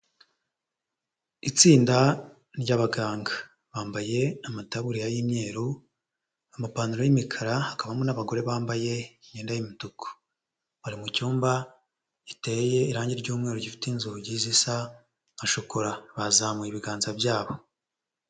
Itsinda ry'abaganga, bambaye amataburiya y'imyeru, amapantaro y'imikara, hakabamo n'abagore bambaye imyenda y'imituku. Bari mu cyumba giteye irange ry'umweru, gifite inzugi zisa nka shokora, bazamuye ibiganza byabo.